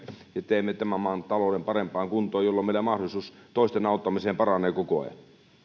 ja teemme tämän maan talouden parempaan kuntoon jolloin meillä mahdollisuus toisten auttamiseen paranee koko ajan